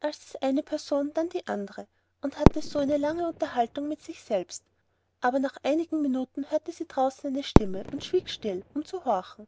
als eine person dann die andere und hatte so eine lange unterhaltung mit sich selbst aber nach einigen minuten hörte sie draußen eine stimme und schwieg still um zu horchen